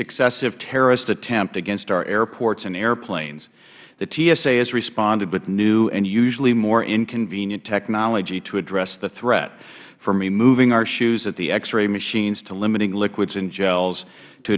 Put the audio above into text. successive terrorist attempt against our airports and airplanes the tsa has responded with new and usually more inconvenient technology to address the threat from removing our shoes at the x ray machines to limiting liquids and gels to